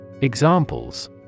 Examples